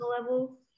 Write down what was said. level